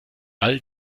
all